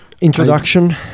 introduction